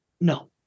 no